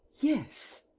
yes.